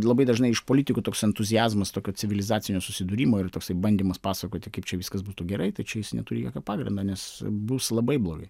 labai dažnai iš politikų toks entuziazmas civilizacinio susidūrimo ir toksai bandymas pasakoti kaip čia viskas būtų gerai tai čia jis neturi jokio pagrindo nes bus labai blogai